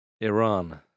Iran